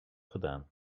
gedaan